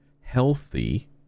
healthy